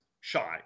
shy